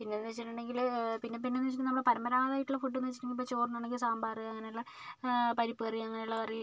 പിന്നെ എന്ന് വെച്ചിട്ടുണ്ടെങ്കിൽ പിന്നെ പിന്നെ എന്ന് വെച്ചിട്ടുണ്ടെങ്കിൽ നമ്മൾ പരമ്പരാഗതമായിട്ടുള്ള ഫുഡ് എന്ന് വെച്ചിട്ടുണ്ടെങ്കിൽ ഇപ്പം ചോറ് ആണെങ്കിൽ സാമ്പാർ അങ്ങനെയുള്ള പരിപ്പ് കറി അങ്ങനെ ഉള്ള കറി